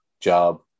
job